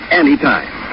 anytime